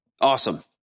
Awesome